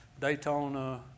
Daytona